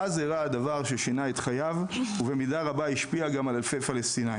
ואז אירע הדבר ששינה את חייו ובמידה רבה השפיע גם על אלפי פלסטינאים.